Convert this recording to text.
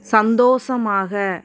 சந்தோசமாக